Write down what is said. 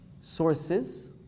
sources